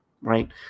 right